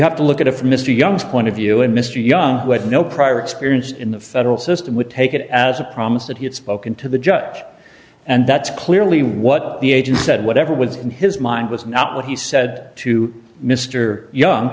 have to look at if mr young's point of view and mr young who had no prior experience in the federal system would take it as a promise that he had spoken to the judge and that's clearly what the agent said whatever was in his mind was not what he said to mr young